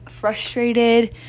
frustrated